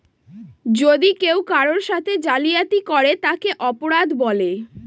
যদি কেউ কারোর সাথে জালিয়াতি করে তাকে অপরাধ বলে